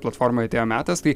platformoj atėjo metas tai